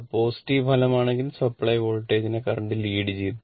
അത് പോസിറ്റീവ് ഫലമാണെങ്കിൽ സപ്ലൈ വോൾട്ടേജിനെ കറന്റ് ലീഡ് ചെയ്യുന്നു